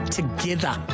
Together